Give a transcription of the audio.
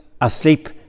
asleep